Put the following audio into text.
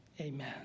amen